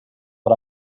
but